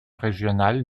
régionales